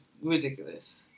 ridiculous